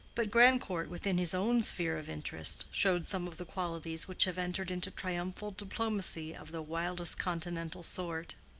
but grandcourt, within his own sphere of interest, showed some of the qualities which have entered into triumphal diplomacy of the wildest continental sort.